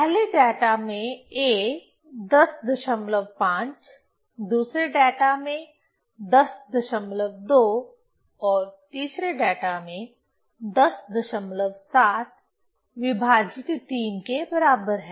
पहले डेटा में a 105 दूसरे डेटा में 102 और तीसरे डेटा में 107 विभाजित 3 के बराबर है